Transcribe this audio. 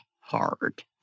hard